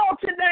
today